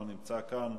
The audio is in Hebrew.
לא נמצא כאן.